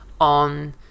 on